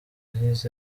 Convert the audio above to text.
his